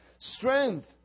strength